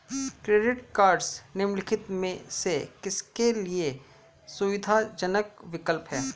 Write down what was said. Credit cards निम्नलिखित में से किसके लिए सुविधाजनक विकल्प हैं?